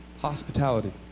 hospitality